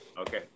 Okay